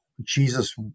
Jesus